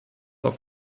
auf